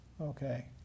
Okay